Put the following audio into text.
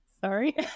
Sorry